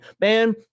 Man